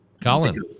colin